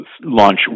launch